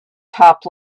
top